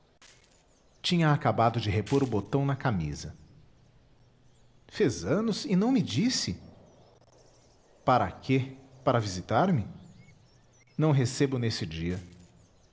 tinha acabado de repor o botão na camisa fez anos e não me disse para quê para visitar-me não recebo nesse dia